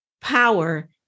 power